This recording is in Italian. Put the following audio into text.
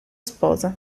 sposa